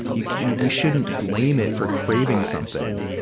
yeah yeah we shouldn't blame it for craving something.